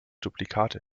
duplikate